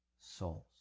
souls